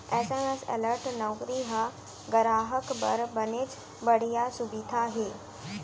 SMS alert नउकरी ह गराहक बर बनेच बड़िहा सुबिधा हे